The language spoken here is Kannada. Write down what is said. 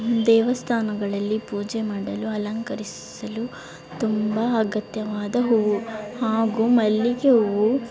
ದೇವಸ್ಥಾನಗಳಲ್ಲಿ ಪೂಜೆ ಮಾಡಲು ಅಲಂಕರಿಸಲು ತುಂಬ ಅಗತ್ಯವಾದ ಹೂವು ಹಾಗೂ ಮಲ್ಲಿಗೆ ಹೂವು